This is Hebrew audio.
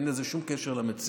אין לזה שום קשר למציאות,